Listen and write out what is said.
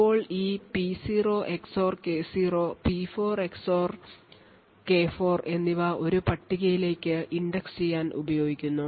ഇപ്പോൾ ഈ P0 XOR K0 P4 XOR K4 എന്നിവ ഒരു പട്ടികയിലേക്ക് index ചെയ്യാൻ ഉപയോഗിക്കുന്നു